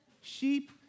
Sheep